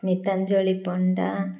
Smitanjali Panda